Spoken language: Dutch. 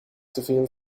teveel